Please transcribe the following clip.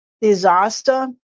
disaster